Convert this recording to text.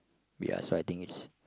ya so I think it's